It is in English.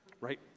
right